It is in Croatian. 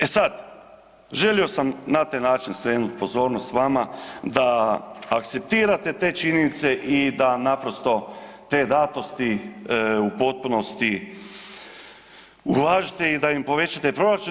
E sad, želio sam na taj način skrenut pozornost vama da akceptirate te činjenice i da naprosto te datosti u potpunosti ublažite i da im povećate proračun.